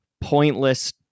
pointless